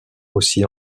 aussi